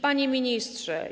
Panie Ministrze!